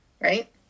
Right